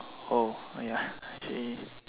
oh ya actually